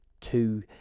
two